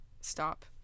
stop